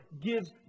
gives